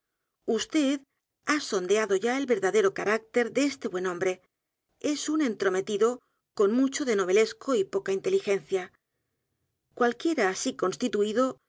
h a sondeado ya el verdadero carácter de este buen hombre e s un entrometido con mucho de novelesco y poca inteligencia cualquiera asi constituido